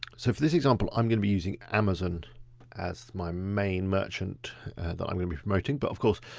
so for this example, i'm gonna be using amazon as my main merchant that i'm gonna be promoting, but of course,